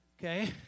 Okay